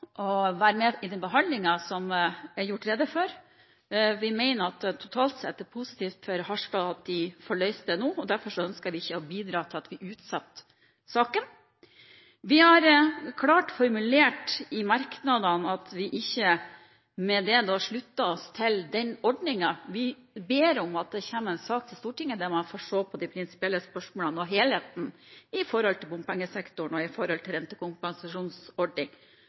å være med på den behandlingen som det er gjort rede for. Vi mener det totalt sett er positivt for Harstad at de får løst det nå. Derfor ønsker vi ikke å bidra til å utsette saken. Vi har i merknadene klart formulert at vi ikke med det slutter oss til den ordningen. Vi ber om at det kommer en sak til Stortinget der man får se på de prinsipielle spørsmålene og helheten i bompengesektoren og i rentekompensasjonsordningen, og så skal vi ta stilling til